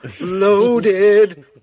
loaded